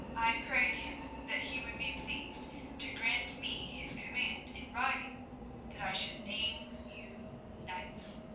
i prayed him that he would be pleased to grant me his command in writing that i should name you knights.